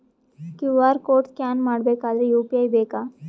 QR code scan ಮಾಡಬೇಕಾದರೆ UPI ಬೇಕಾ?